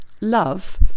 Love